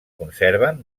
conserven